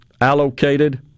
allocated